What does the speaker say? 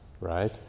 right